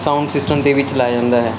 sound system 'ਤੇ ਵੀ ਚਲਾਇਆ ਜਾਂਦਾ ਹੈ